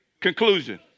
conclusion